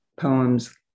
poems